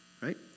right